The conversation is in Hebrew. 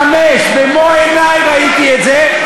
בן חמש, במו-עיני ראיתי את זה.